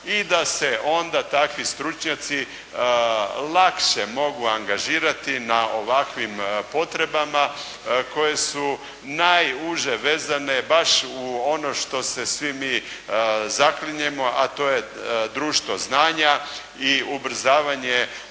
i da se onda takvi stručnjaci lakše mogu angažirati na ovakvim potrebama, koje su najuže vezane baš u ono što se svi mi zaklinjemo, a to je društvo znanja i ubrzavanje